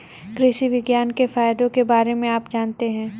कृषि विज्ञान के फायदों के बारे में आप जानते हैं?